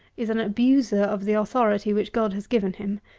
is an abuser of the authority which god has given him,